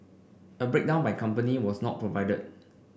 a breakdown by company was not provided